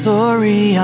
Sorry